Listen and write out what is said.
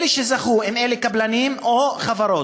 אלה שזכו היו קבלנים או חברות.